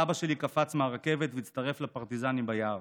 סבא שלי קפץ מהרכבת והצטרף לפרטיזנים ביער.